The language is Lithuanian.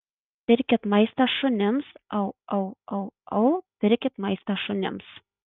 pirkit maistą šunims au au au au pirkit maistą šunims